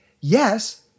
Yes